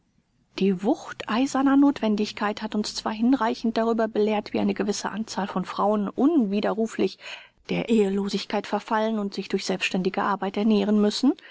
die wucht eiserner nothwendigkeit hat uns zwar hinreichend darüber belehrt wie eine gewisse anzahl von frauen unwiderruflich der ehelosigkeit verfallen und sich durch selbstständige arbeit ernähren müssen